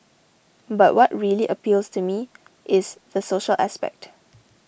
but what really appeals to me is the social aspect